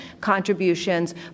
contributions